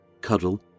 cuddle